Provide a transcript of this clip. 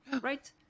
right